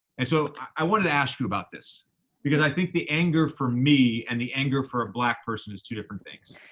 and so i wanted to ask you about this because i think the anger for me and the anger for a black person is two different things.